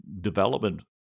development